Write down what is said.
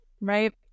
right